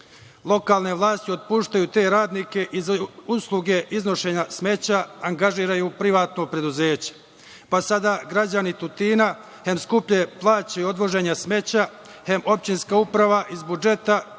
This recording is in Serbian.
Lokalne vlasti otpuštaju te radnike i za usluge iznošenja smeća angažuju privatno preduzeće, pa sada građani Tutina em skuplje plaćaju odvoženje smeća, em opštinska uprava iz budžeta